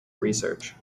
research